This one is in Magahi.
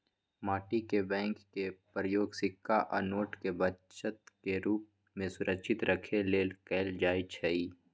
माटी के बैंक के प्रयोग सिक्का आ नोट के बचत के रूप में सुरक्षित रखे लेल कएल जाइ छइ